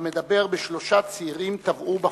המדבר בשלושה צעירים שטבעו בחופים.